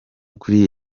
kuri